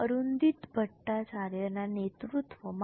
અરુંધતિ ભટ્ટાચાર્યના નેતૃત્વમાં